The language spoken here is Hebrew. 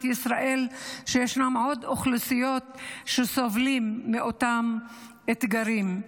ישראל ישנן עוד אוכלוסיות שסובלות מאותם אתגרים.